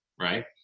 right